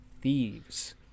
thieves